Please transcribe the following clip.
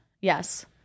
Yes